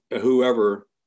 whoever